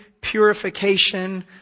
purification